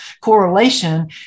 correlation